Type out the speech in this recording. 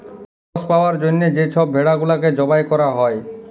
গস পাউয়ার জ্যনহে যে ছব ভেড়া গুলাকে জবাই ক্যরা হ্যয়